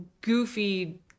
goofy